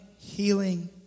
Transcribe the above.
healing